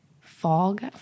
fog